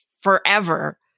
forever